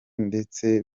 ndetse